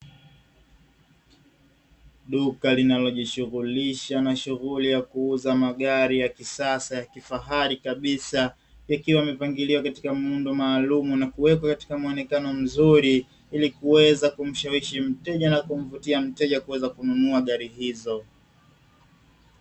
Duka linalojishughulisha na shughuli ya kuandaa pamoja na kuuza magari ya kisasa ya kifahari kabisa, ikiwa imepangiliwa katika muundo maalumu na kuwekwa katika muonekano mzuri. Ili kuweza kumshawishi mteja na kumvutia mteja kuweza kununua gari hizo.